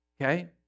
Okay